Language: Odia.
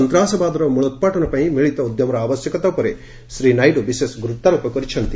ସନ୍ତାସବାଦର ମୂଳୋପାଟନ ପାଇଁ ମିଳିତ ଉଦ୍ୟମର ଆବଶ୍ୟକତା ଉପରେ ଶ୍ରୀ ନାଇଡୁ ବିଶେଷ ଗୁରୁତ୍ୱାରୋପ କରିଛନ୍ତି